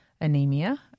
anemia